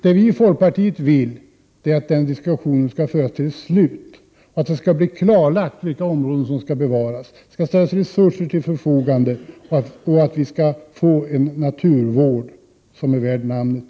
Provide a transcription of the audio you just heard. Vad vi i folkpartiet vill är att den diskussionen skall föras till ett slut, att det skall bli klarlagt vilka områden som skall bevaras, att det skall ställas resurser till förfogande och att vi i de områdena skall få en naturvård som är värd namnet.